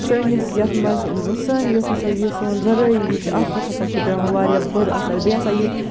سٲنِس یَتھ منٛز سٲنۍ یۄس ہسا یہِ سون زَرٲعی یہِ چھِ اَتھ پٮ۪ٹھ ہسا چھِ پیوان واریاہ بُرٕ اَثر بیٚیہِ ہسا یہِ